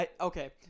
okay